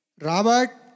Robert